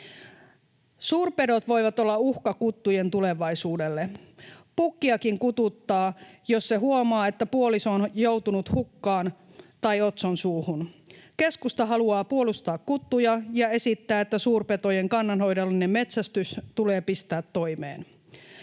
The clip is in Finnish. Suurpedot voivat olla uhka kuttujen tulevaisuudelle. Pukkiakin kututtaa, jos se huomaa, että puoliso on joutunut hukkaan tai otson suuhun. Keskusta haluaa puolustaa kuttuja ja esittää, että suurpetojen kannanhoidollinen metsästys tulee pistää toimeen.